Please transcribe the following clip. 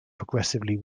progressively